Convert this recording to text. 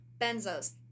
Benzos